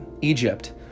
Egypt